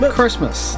Christmas